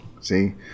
see